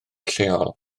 lleol